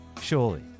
Surely